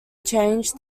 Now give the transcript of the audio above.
change